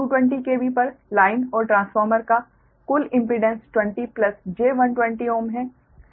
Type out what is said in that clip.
220 KV पर line और transformer का कुल इम्पीडेंस 20 j120 Ω है